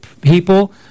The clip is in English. people